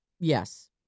Yes